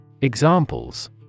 Examples